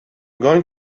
going